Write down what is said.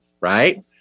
right